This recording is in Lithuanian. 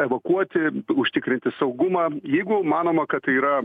evakuoti užtikrinti saugumą jeigu manoma kad tai yra